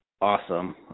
awesome